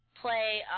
play